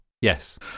Yes